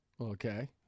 Okay